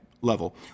level